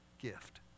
gift